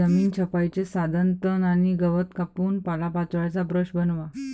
जमीन छपाईचे साधन तण आणि गवत कापून पालापाचोळ्याचा ब्रश बनवा